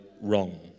wrong